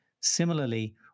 Similarly